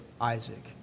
Isaac